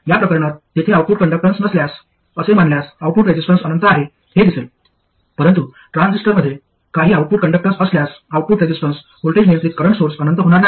या प्रकरणात तेथे आउटपुट कंडक्टन्स नसल्यास असे मानल्यास आउटपुट रेसिस्टन्स अनंत आहे हे दिसेल परंतु ट्रान्झिस्टरमध्ये काही आऊटपुट कंडक्टन्स असल्यास आउटपुट रेसिस्टन्स व्होल्टेज नियंत्रित करंट सोर्स अनंत होणार नाही